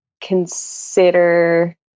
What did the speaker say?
consider